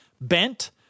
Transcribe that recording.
bent